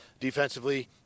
defensively